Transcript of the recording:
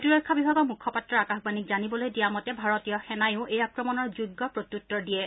প্ৰতিৰক্ষা বিভাগৰ মুখপাত্ৰই আকাশবাণীক জানিবলৈ দিয়া মতে ভাৰতীয় সেনাইও এই আক্ৰমণৰ যোগ্য প্ৰত্যুত্তৰ দিয়ে